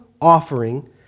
offering